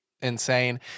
insane